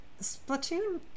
Splatoon